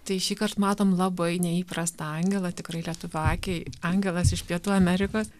tai šįkart matom labai neįprastą angelą tikrai lietuvio akiai angelas iš pietų amerikos